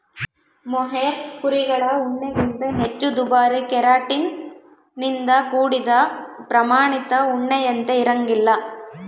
mohair ಕುರಿಗಳ ಉಣ್ಣೆಗಿಂತ ಹೆಚ್ಚು ದುಬಾರಿ ಕೆರಾಟಿನ್ ನಿಂದ ಕೂಡಿದ ಪ್ರಾಮಾಣಿತ ಉಣ್ಣೆಯಂತೆ ಇರಂಗಿಲ್ಲ